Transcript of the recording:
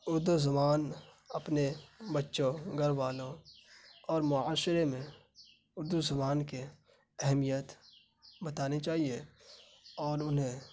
اردو زبان اپنے بچوں گھر والوں اور معاشرے میں اردو زبان کے اہمیت بتانی چاہیے اور انہیں